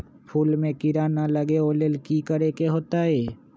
फूल में किरा ना लगे ओ लेल कि करे के होतई?